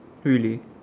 really